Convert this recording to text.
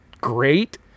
great